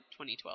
2012